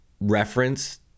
reference